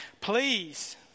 please